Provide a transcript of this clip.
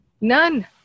None